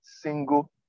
single